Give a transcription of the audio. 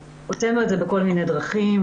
הוצאנו את זה בכל מיני דרכים.